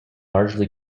largely